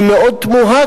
היא מאוד תמוהה,